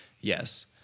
Yes